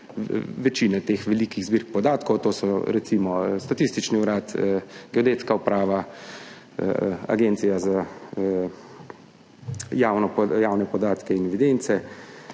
večine teh velikih zbirk podatkov, to so recimo Statistični urad, Geodetska uprava, Agencija za javnopravne evidence